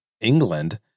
England